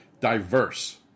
diverse